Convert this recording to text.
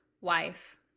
wife